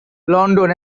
london